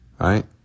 Right